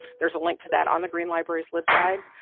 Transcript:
there's a link to that on the green library's libguide,